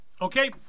Okay